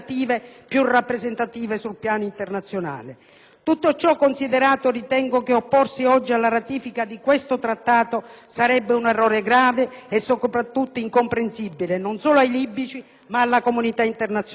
più rappresentative sul piano internazionale. Tutto ciò considerato, ritengo che opporsi oggi alla ratifica di questo Trattato sarebbe un errore grave e, soprattutto, incomprensibile, non solo per i libici, ma per la comunità internazionale.